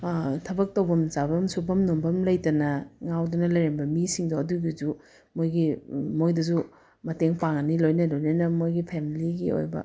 ꯊꯕꯛ ꯇꯧꯕꯝ ꯆꯥꯐꯝ ꯁꯨꯐꯝ ꯅꯣꯝꯐꯝ ꯂꯩꯇꯅ ꯉꯥꯎꯗꯨꯅ ꯂꯩꯔꯝꯕ ꯃꯤꯁꯤꯡꯗꯣ ꯑꯗꯨꯒꯤꯁꯨ ꯃꯣꯏꯒꯤ ꯃꯣꯏꯗꯁꯨ ꯃꯇꯦꯡ ꯄꯥꯡꯉꯅꯤ ꯂꯣꯏꯅ ꯂꯣꯏꯅꯅ ꯃꯣꯏꯒꯤ ꯐꯦꯝꯂꯤꯒꯤ ꯑꯣꯏꯕ